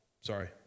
sorry